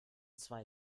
zwei